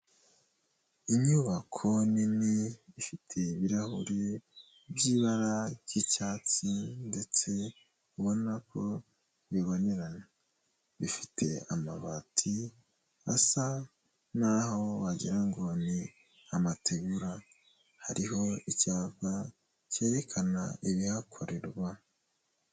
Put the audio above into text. Inyubako nini ifite ibirahure by'ibara ry'icyatsi ndetse ubona ko bibonerana ifite amabati asa naho aho wagira ngo ni amategura hariho icyapa cyerekana ibihakorerwa.